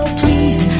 please